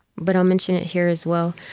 but i'll mention it here as well.